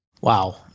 Wow